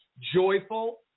joyful